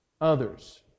others